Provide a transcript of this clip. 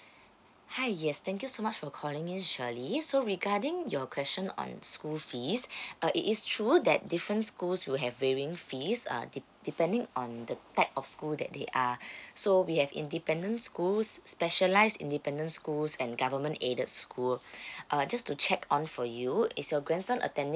hi yes thank you so much for calling in shirley so regarding your question on school fees uh it is true that different schools will have varying fees uh dep~ depending on the type of school that they are so we have independent schools specialised independent schools and government aided school uh just to check on for you is your grandson attending